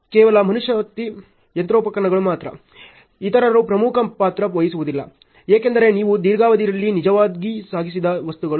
ಕೇವಲ ಮಾನವಶಕ್ತಿ ಯಂತ್ರೋಪಕರಣಗಳು ಮಾತ್ರ ಇತರರು ಪ್ರಮುಖ ಪಾತ್ರ ವಹಿಸುವುದಿಲ್ಲ ಏಕೆಂದರೆ ನೀವು ದೀರ್ಘಾವಧಿಯಲ್ಲಿ ನಿಜವಾಗಿ ಸಾಗಿಸದ ವಸ್ತುಗಳು